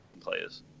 players